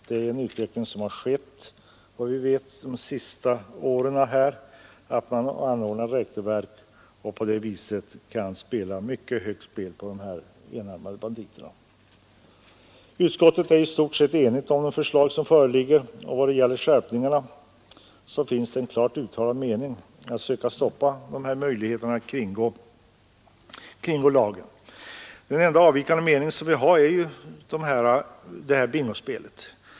Vi vet att man under de senaste åren har börjat införa räkneverk som tillåter mycket högt spel på de s.k. enarmade banditerna. Utskottet är i stort sett enigt om de förslag som föreligger. I vad gäller skärpningarna finns det en klart uttalad önskan att söka stoppa möjligheterna att kringgå lagen. Den enda avvikande meningen gäller bingospelet.